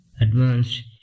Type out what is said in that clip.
advanced